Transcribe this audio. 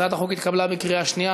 הצעת החוק התקבלה בקריאה שנייה.